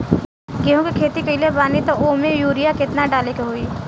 गेहूं के खेती कइले बानी त वो में युरिया केतना डाले के होई?